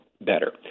better